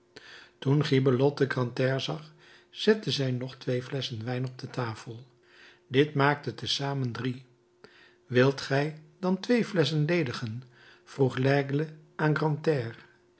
toen gibelotte grantaire zag zette zij nog twee flesschen wijn op de tafel dit maakte te zamen drie wilt gij dan twee flesschen ledigen vroeg laigle